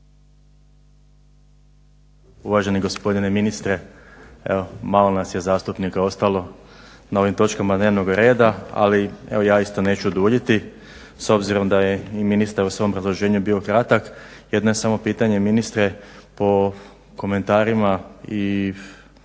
uvaženi gospodine ministre. Evo malo nas je zastupnika ostalo na ovim točkama dnevnog reda, ali evo ja isto neću duljiti. S obzirom da je i ministar u svom obrazloženju bio kratak, jedno je samo pitanje ministre po komentarima i informacijama